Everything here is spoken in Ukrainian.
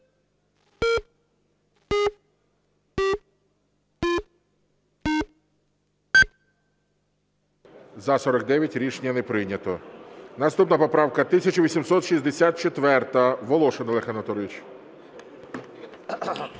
За-38 Рішення не прийнято. Наступна поправка 1757. Волошин Олег Анатолійович.